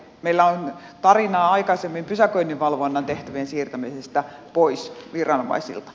meillä on tarinaa aikaisemmin pysäköinninvalvonnan tehtävien siirtämisestä pois viranomaisilta